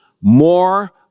more